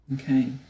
okay